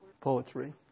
Poetry